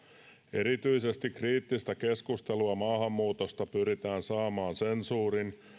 erityisesti kriittistä keskustelua maahanmuutosta pyritään saamaan sensuurin